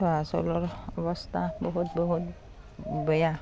জহা চাউলৰ অৱস্থা বহুত বহুত বেয়া